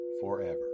forever